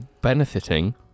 benefiting